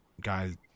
guys